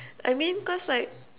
I mean cause like